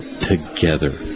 together